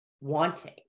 wanting